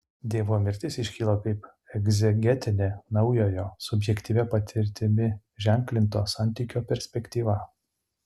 dievo mirtis iškyla kaip egzegetinė naujojo subjektyvia patirtimi ženklinto santykio perspektyva